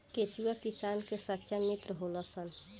केचुआ किसान के सच्चा मित्र होलऽ सन